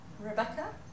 Rebecca